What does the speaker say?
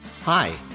Hi